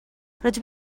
rydw